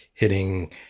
Hitting